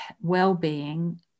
well-being